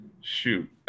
shoot